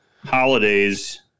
Holidays